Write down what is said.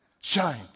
Shine